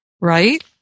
right